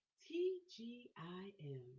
T-G-I-M